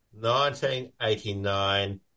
1989